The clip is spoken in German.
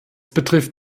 betrifft